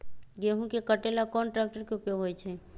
गेंहू के कटे ला कोंन ट्रेक्टर के उपयोग होइ छई?